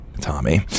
Tommy